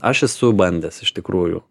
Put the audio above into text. aš esu bandęs iš tikrųjų